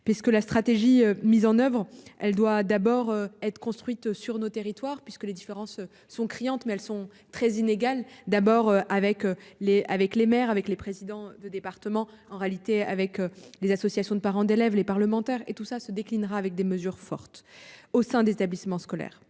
puisque la stratégie mise en oeuvre, elle doit d'abord être construite sur nos territoires puisque les différences sont criantes, mais elles sont très inégale d'abord avec les avec les maires, avec les présidents de départements en réalité avec les associations de parents d'élèves, les parlementaires et tout ça se déclinera avec des mesures fortes au sein d'établissements scolaires.